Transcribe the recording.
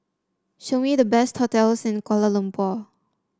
show me the best hotels in Kuala Lumpur